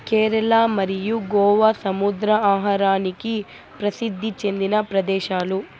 కేరళ మరియు గోవా సముద్ర ఆహారానికి ప్రసిద్ది చెందిన ప్రదేశాలు